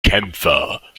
kämpfer